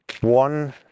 one